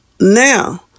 Now